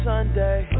Sunday